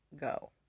go